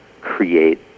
create